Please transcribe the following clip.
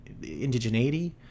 indigeneity